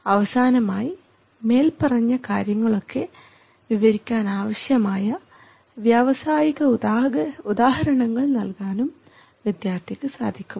അവസാനമായി മേൽപ്പറഞ്ഞ കാര്യങ്ങളൊക്കെ വിവരിക്കാൻ ആവശ്യമായ വ്യാവസായിക ഉദാഹരണങ്ങൾ നൽകാനും വിദ്യാർത്ഥിക്ക് സാധിക്കും